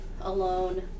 alone